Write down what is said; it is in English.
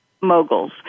moguls